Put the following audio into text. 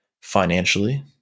financially